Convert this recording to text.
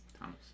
Thomas